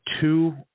two